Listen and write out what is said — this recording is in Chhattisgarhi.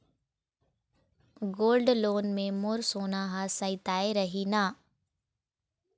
गोल्ड लोन मे मोर सोना हा सइत रही न?